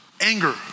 Anger